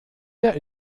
der